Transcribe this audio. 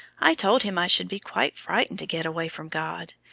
i told him i should be quite frightened to get away from god,